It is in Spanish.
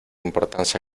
importancia